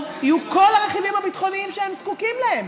יהיו כל הרכיבים הביטחוניים שהן זקוקות להם.